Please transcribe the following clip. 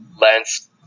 Lance